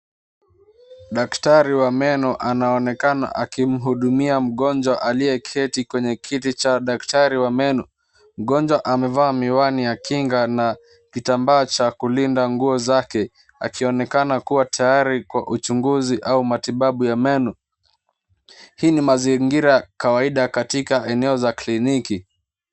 Daktari wa meno anaonekana akimhudumia mgonjwa aliyeketi kwenye kiti cha daktari wa menu. Mgonjwa amevaa miwani ya kinga na kitambaa cha kulinda nguo zake, akionekana kuwa tayari kwa uchunguzi au matibabu ya meno. Hii ni mazingira kawaida katika eneo za kliniki.